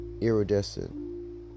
iridescent